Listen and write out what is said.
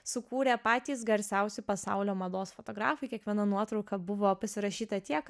sukūrė patys garsiausi pasaulio mados fotografai kiekviena nuotrauka buvo pasirašyta tiek